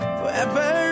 forever